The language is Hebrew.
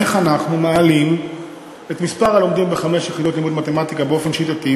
איך אנחנו מעלים את מספר הלומדים חמש יחידות לימוד מתמטיקה באופן שיטתי,